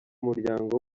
umuryango